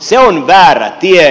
se on väärä tie